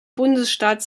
bundesstaat